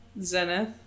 Zenith